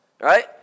right